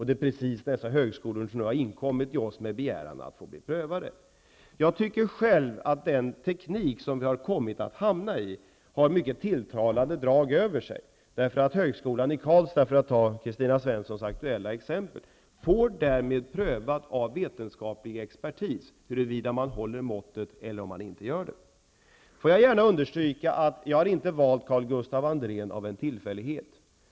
Det är dessa högskolor som har inkommit till oss med en begäran om prövning. Jag tycker själv att den teknik som vi har kommit fram till har mycket tilltalande drag över sig. Högskolan i Karlstad -- för att ta Kristina Svenssons aktuella exempel -- får därmed prövat av vetenskaplig expertis huruvida man håller måttet eller ej. Jag vill gärna understryka att det inte är av en tillfällighet som jag har valt Carl-Gustaf Andrén.